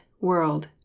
world